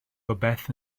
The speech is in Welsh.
rywbeth